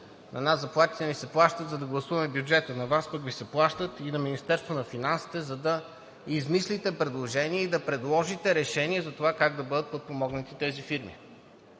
на нас заплатите ни се плащат, за да гласуваме бюджета. На Вас пък Ви се плащат, и на Министерството на финансите, за да измислите предложение и да предложите решение за това, как да бъдат подпомогнати тези фирми.